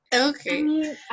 Okay